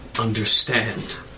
understand